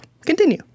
Continue